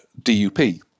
DUP